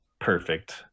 perfect